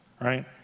right